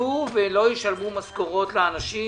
יפלו ולא ישלמו משכורות לאנשים